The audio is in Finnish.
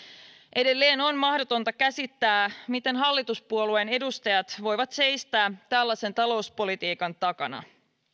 edelleen on mahdotonta käsittää miten hallituspuolueiden edustajat voivat seistä tällaisen talouspolitiikan takana